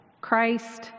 Christ